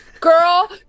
girl